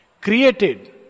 created